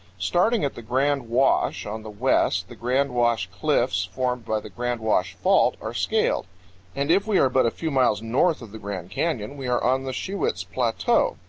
starting at the grand wash on the west, the grand wash cliffs, formed by the grand wash fault, are scaled and if we are but a few miles north of the grand canyon we are on the shiwits plateau.